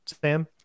Sam